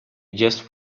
just